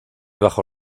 bajo